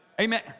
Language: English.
Amen